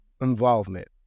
involvement